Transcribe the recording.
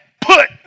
put